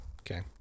okay